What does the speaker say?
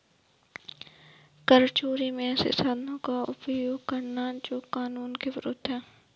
कर चोरी में ऐसे साधनों का उपयोग करना जो कानून के विरूद्ध है